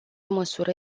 măsură